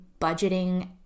budgeting